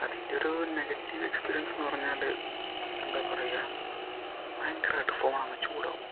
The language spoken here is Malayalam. ഇപ്പോൾ അതിൻ്റെ ഒരു നെഗറ്റീവ് എക്സ്പീരിയൻസെന്ന് പറഞ്ഞാൽ എന്താ പറയുക ഭയങ്കരമായിട്ട് ഫോണങ്ങ് ചൂടാകും